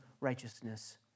righteousness